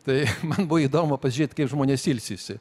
tai man buvo įdomu pažiūrėt kaip žmonės ilsisi